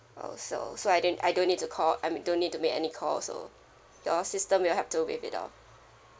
oh so so I don't I don't need to call I mean don't need to make any call also your system will help to waive it off